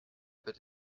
peut